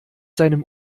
seinem